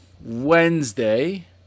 Wednesday